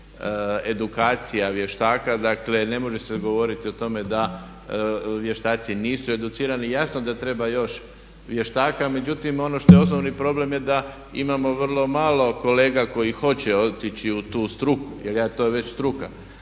održano je 5 edukacija vještaka. Dakle, ne može se govoriti o tome da vještaci nisu educirani. Jasno da treba još vještaka, međutim ono što je osnovni problem je da imamo vrlo malo kolega koji hoće otići u tu struku. Jer to je već struka.